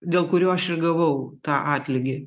dėl kurio aš ir gavau tą atlygį